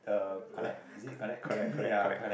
uh correct correct correct